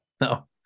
No